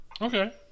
okay